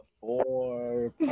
four